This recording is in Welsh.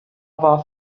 fath